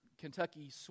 Kentucky